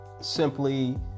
simply